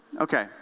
Okay